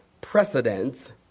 precedence